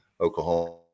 Oklahoma